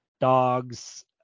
dogs